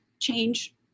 change